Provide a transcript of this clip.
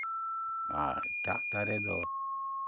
ᱟᱨ ᱮᱴᱟᱜ ᱫᱟᱨᱮ ᱫᱚ